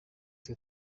twe